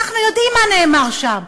אנחנו יודעים מה נאמר שם.